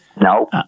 No